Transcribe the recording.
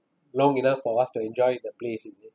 long enough for us to enjoy the places